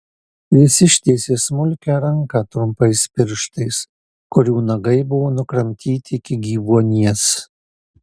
jis ištiesė smulkią ranką trumpais pirštais kurių nagai buvo nukramtyti iki gyvuonies